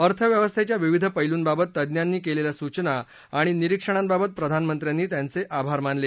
अर्थव्यवस्थेच्या विविध पैलूंबाबत तज्ञांनी केलेल्या सूवना आणि निरीक्षणांबाबत प्रधानमंत्र्यांनी त्यांचे आभार मानले